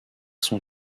son